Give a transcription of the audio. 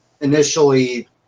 initially